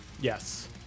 Yes